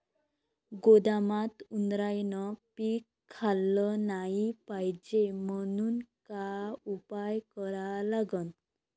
गोदामात उंदरायनं पीक खाल्लं नाही पायजे म्हनून का उपाय करा लागन?